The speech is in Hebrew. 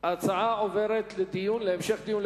ההצעה עוברת להמשך דיון,